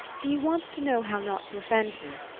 do you want to know how not to offend me?